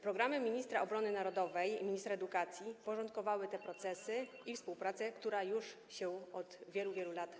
Programy ministra obrony narodowej i ministra edukacji porządkowały te procesy i współpracę, która toczyła się już od wielu lat.